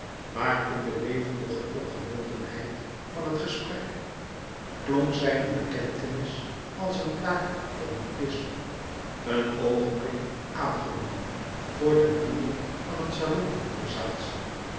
maar in de levendige opgewondenheid van het gesprek klonk zijne bekentenis als een blague van boeddhisme een oogenblik aangenomen voor de brille van een